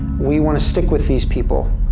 we want to stick with these people.